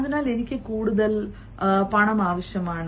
അതിനാൽ എനിക്ക് കൂടുതൽ പണം ആവശ്യമാണ്